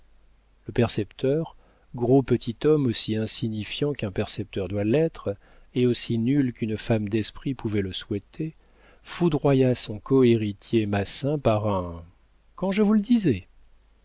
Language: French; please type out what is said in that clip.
le percepteur gros petit homme aussi insignifiant qu'un percepteur doit l'être et aussi nul qu'une femme d'esprit pouvait le souhaiter foudroya son cohéritier massin par un quand je vous le disais